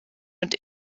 und